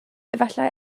efallai